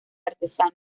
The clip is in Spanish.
artesano